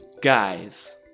Guys